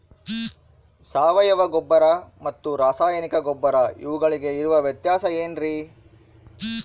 ಸಾವಯವ ಗೊಬ್ಬರ ಮತ್ತು ರಾಸಾಯನಿಕ ಗೊಬ್ಬರ ಇವುಗಳಿಗೆ ಇರುವ ವ್ಯತ್ಯಾಸ ಏನ್ರಿ?